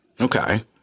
okay